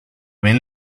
ven